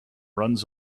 runs